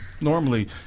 normally